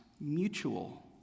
mutual